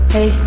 Hey